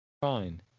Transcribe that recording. Fine